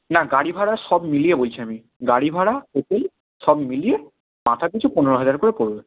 না গাড়ি ভাড়া সব মিলিয়ে বলছি আমি গাড়ি ভাড়া হোটেল সব মিলিয়ে মাথাপিছু পনেরো হাজার করে পড়বে